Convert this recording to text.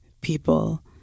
people